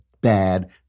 bad